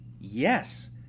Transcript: Yes